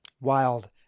Wild